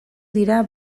dira